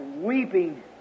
weeping